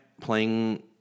playing